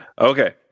Okay